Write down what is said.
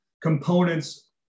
Components